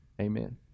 Amen